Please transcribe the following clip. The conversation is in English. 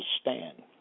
stand